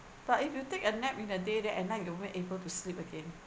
but if you take a nap in the day then at night will you able to sleep again